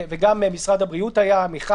וגם משרד הבריאות היה מעורב בזה,